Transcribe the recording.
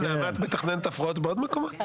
מה, אתה מתכנן את ההפרעות בעוד מקומות?